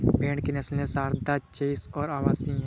भेड़ की नस्लें सारदा, चोइस और अवासी हैं